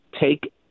take